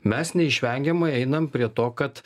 mes neišvengiamai einam prie to kad